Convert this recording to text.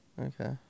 Okay